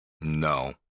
No